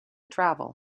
travel